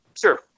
Sure